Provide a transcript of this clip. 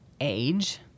age